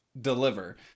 deliver